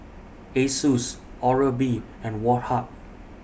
Asus Oral B and Woh Hup